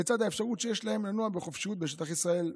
לצד האפשרות שיש להם לנוע בחופשיות בשטח ישראל,